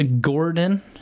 Gordon